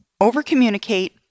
over-communicate